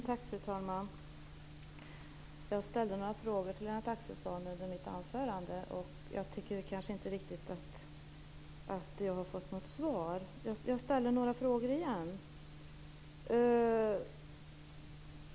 Fru talman! Jag ställde några frågor till Lennart Axelsson under mitt anförande. Jag tycker inte riktigt att jag har fått något svar. Jag ställer några frågor igen.